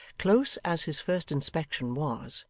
close as his first inspection was,